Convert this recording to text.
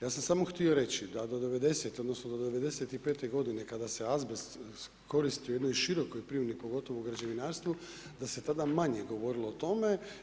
Ja sam samo htio reći da do 90-te odnosno do 95. godine kada se azbest koristio u jednoj širokoj primjeni pogotovo u građevinarstvu, da se tada manje govorilo o tome.